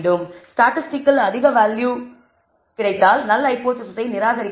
ஸ்டாட்டிஸ்டிக்கில் அதிக வேல்யூ கிடைத்தால் நல் ஹைபோதேசிஸ்ஸை நிராகரிக்க வேண்டும்